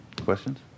Questions